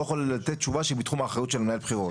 יכול לתת תשובה שהיא בתחום האחריות של מנהל בחירות,